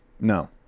No